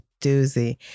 doozy